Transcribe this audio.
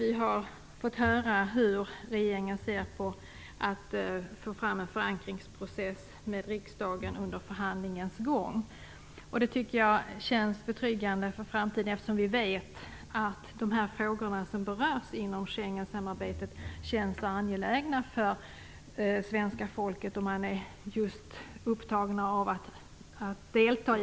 Vi har här fått höra hur regeringen ser på en förankringsprocess med riksdagen under förhandlingens gång. Och det tycker jag känns betryggande inför framtiden, eftersom vi vet att de frågor som berörs inom Schengensamarbetet känns angelägna för svenska folket.